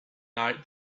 night